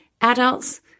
Adults